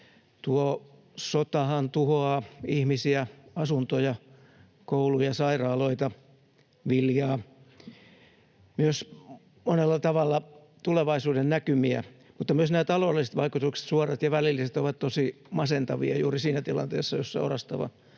Tuo sotahan tuhoaa ihmisiä, asuntoja, kouluja, sairaaloita, viljaa, myös monella tavalla tulevaisuudennäkymiä, mutta myös nämä taloudelliset vaikutukset, suorat ja välilliset, ovat tosi masentavia juuri siinä tilanteessa, jossa orastava kasvu